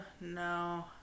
No